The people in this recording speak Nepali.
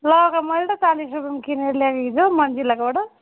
लौका मैले त चाल्लिस रुपियाँमा किनेर ल्याएको हिजो मञ्जिलाकोबाट